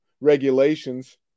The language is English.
regulations